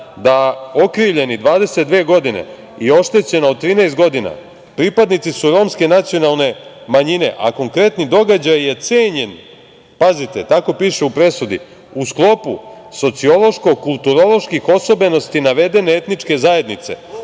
"Okrivljeni, 22 godine i oštećena od 13 godina, pripadnici su romske nacionalne manjine, a konkretni događaj je cenjen", pazite, tako piše u presudi "u sklopu sociološkog, kulturoloških osobenosti navedene etničke zajednice